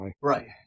Right